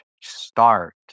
start